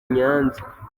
nyanza